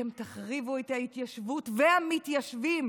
אתם תחריבו את ההתיישבות והמתיישבים